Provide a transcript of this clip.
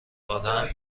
آدم